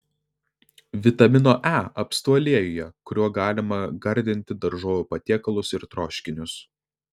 vitamino e apstu aliejuje kuriuo galima gardinti daržovių patiekalus ir troškinius